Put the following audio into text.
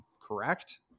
correct